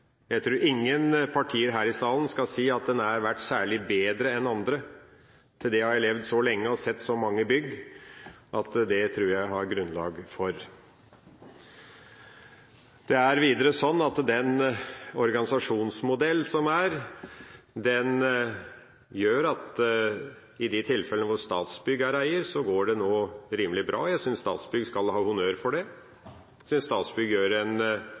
jeg tror ingen partier i denne salen skal si at det har vært særlig bedre enn andre. Til det har jeg levd så lenge og sett så mange bygg at det har jeg grunnlag for å si. Det er videre slik at den organisasjonsmodellen som vi har, gjør at i de tilfellene Statsbygg er eier, går det rimelig bra. Jeg syns Statsbygg skal ha honnør for det. Jeg syns Statsbygg i mange tilfeller gjør en